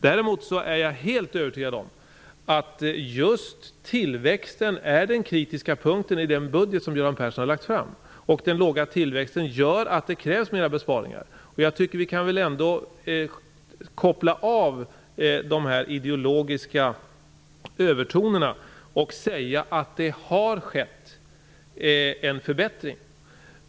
Däremot är jag helt övertygad om att just tillväxten är den kritiska punkten i den budget som Göran Persson har lagt fram. Den låga tillväxten gör att det krävs mera besparingar. Jag tycker ändå att vi borde kunna koppla av de ideologiska övertonerna och säga att det har skett en förbättring.